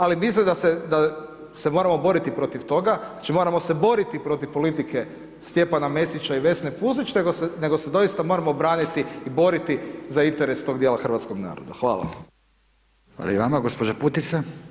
Ali mislim da se moramo boriti protiv toga, znači moramo se boriti protiv politike Stjepana Mesića i Vesne Pusić nego se doista moramo braniti i boriti za interes tog dijela hrvatskog naroda.